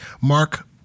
Mark